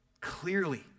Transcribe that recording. Clearly